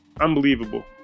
unbelievable